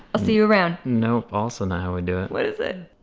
i'll see you around. nope! also not how we do it. what is it?